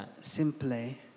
Simply